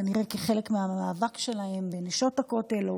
כנראה כחלק מהמאבק שלהן בנשות הכותל או